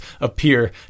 appear